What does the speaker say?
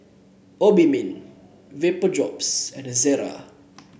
Obimin Vapodrops and Ezerra